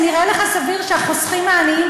זה נראה לך סביר שהחוסכים העניים,